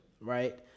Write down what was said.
right